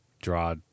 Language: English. draw